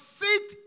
sit